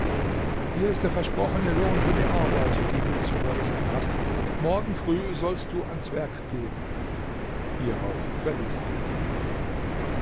hier ist der versprochene lohn für die arbeit die du zu verrichten hast morgen früh sollst du ans werk gehen hierauf verließ er ihn